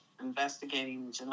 investigating